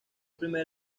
primer